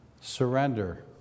Surrender